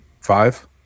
Five